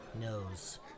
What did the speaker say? knows